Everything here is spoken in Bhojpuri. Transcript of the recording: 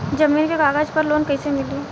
जमीन के कागज पर लोन कइसे मिली?